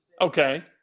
Okay